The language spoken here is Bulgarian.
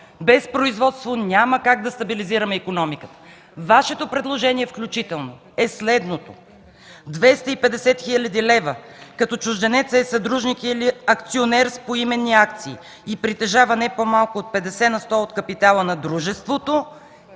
Без производство няма как да стабилизираме икономиката. Вашето предложение включително е следното: 250 хил. лв., като чужденецът е съдружник или акционер с поименни акции и притежава най-малко от 50 на сто от капитала на дружеството